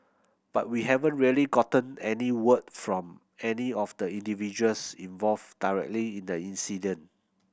but we haven't really gotten any word from any of the individuals involved directly in the incident